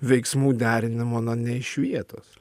veiksmų derinimo na nei iš vietos